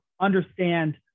understand